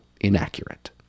inaccurate